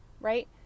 right